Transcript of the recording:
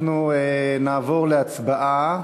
אנחנו נעבור להצבעה.